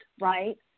Right